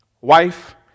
wife